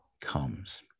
comes